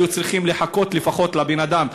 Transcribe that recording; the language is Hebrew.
היו צריכים לחכות לפחות לבן-אדם,